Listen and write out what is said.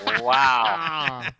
Wow